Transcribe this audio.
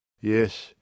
Yes